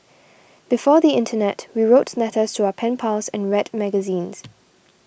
before the internet we wrote letters to our pen pals and read magazines